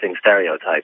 stereotypes